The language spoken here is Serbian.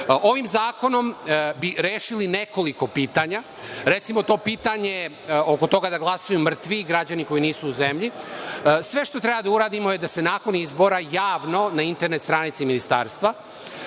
zakonom bi rešili nekoliko pitanja. Recimo, pitanje oko toga da glasaju mrtvi i građani koji nisu u zemlji, sve što treba da uradimo jeste da se nakon izbora javno na internet stranici Ministarstva